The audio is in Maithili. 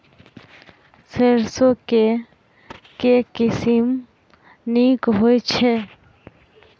सैरसो केँ के किसिम नीक होइ छै?